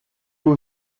haut